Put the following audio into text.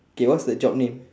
K what's the job name